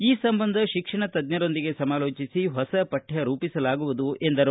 ಈ ಸಂಬಂಧ ಶಿಕ್ಷಣ ತಜ್ಞರೊಂದಿಗೆ ಸಮಾಲೋಜಿಸಿ ಹೊಸ ಪಕ್ಕ ರೂಪಿಸಲಾಗುವುದು ಎಂದರು